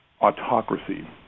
autocracy